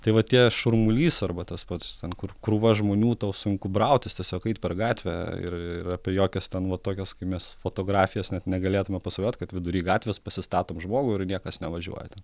tai va tie šurmulys arba tas pats ten kur krūva žmonių tau sunku brautis tiesiog eit per gatvę ir ir apie jokias ten va tokias kaip mes fotografijas net negalėtume pasvajot kad vidury gatvės pasistatom žmogų ir niekas nevažiuoja ten